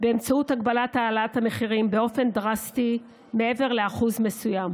באמצעות הגבלת העלאת המחירים באופן דרסטי מעבר לאחוז מסוים.